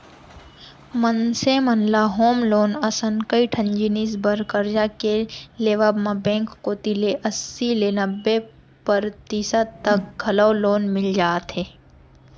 मनसे मन ल होम लोन असन कइ ठन जिनिस बर करजा के लेवब म बेंक कोती ले अस्सी ले नब्बे परतिसत तक घलौ लोन मिल जाथे